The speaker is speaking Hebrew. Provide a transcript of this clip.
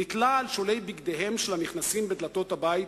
נתלה על שולי בגדיהם של הנכנסים בדלתות הבית